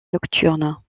nocturne